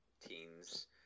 teens